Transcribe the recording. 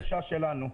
זו הגישה שלנו.